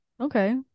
Okay